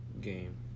Game